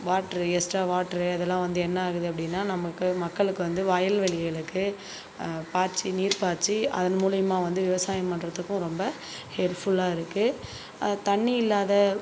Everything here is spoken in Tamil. வாட்ரு எக்ஸ்ட்ரா வாட்ரு அதலாம் என்ன ஆகுது அப்படின்னா நமக்கு மக்களுக்கு வந்து வயல் வெளிகளுக்கு பாச்சு நீர் பாச்சு அதன் மூலியமாக வந்து விவசாயம் பண்ணுறதுக்கும் ஹெல்ப் ஃபுல்லாக இருக்கும் தண்ணி இல்லாத